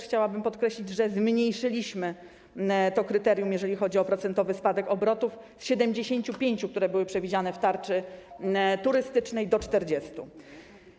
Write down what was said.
Chciałabym też podkreślić, że zmniejszyliśmy to kryterium, jeżeli chodzi o procentowy spadek obrotów: z 75%, które były przewidziane w tarczy turystycznej, do 40%.